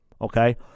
Okay